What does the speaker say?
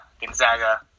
Gonzaga